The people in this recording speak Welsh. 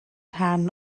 rhan